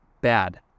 bad